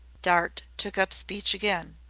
dart took up speech again.